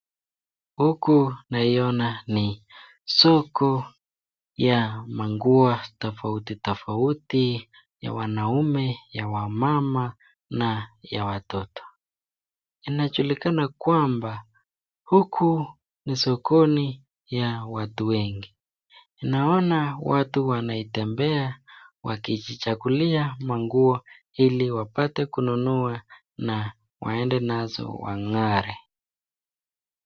Huku naiona ni soko ya manguo tofauti tofauti ya wanaume, ya wamama na ya watoto. Inajulikana kwamba huku ni sokoni ya watu wengi naona watu wanaitembea wakijichagulia manguo ili wapate kununua na waende nazo wang'are.